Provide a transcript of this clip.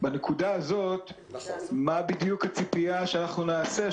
בנקודה הזאת, מה בדיוק הציפייה שאנחנו נעשה?